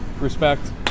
respect